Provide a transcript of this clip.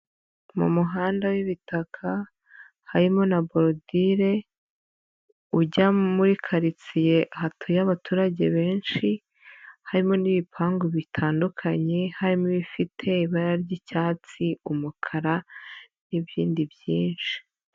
Mu muhanda w'ibitaka harimo na borodire ujya muri karitsiye, hatuye abaturage benshi, harimo n'ibipangu bitandukanye, harimo ibifite ibara ry'icyatsi, umukara n'ibindi byinshi.